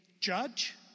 judge